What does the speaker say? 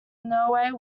newry